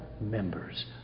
members